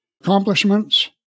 accomplishments